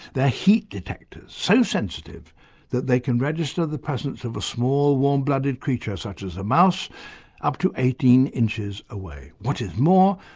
they're heat detectors, so sensitive that they can register the presence of a small warm-blooded creature such as a mouse up to eighteen inches away. what is more,